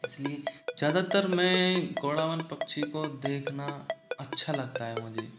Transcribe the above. इसलिए ज़्यादातर मैं गोडावण पक्षी को देखना अच्छा लगता है मुझे